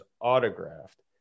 autographed